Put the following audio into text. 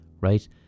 right